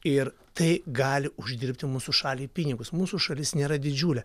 ir tai gali uždirbti mūsų šaliai pinigus mūsų šalis nėra didžiulė